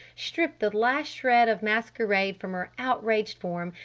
stripped the last shred of masquerade from her outraged form,